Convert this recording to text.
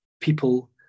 people